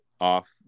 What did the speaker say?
off